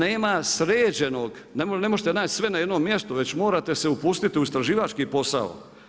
Nema sređenog, ne možete naći sve na jednom mjestu već morate se upustiti u istraživački posao.